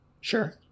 Sure